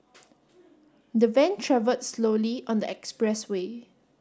the van travelled slowly on the expressway